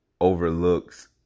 overlooks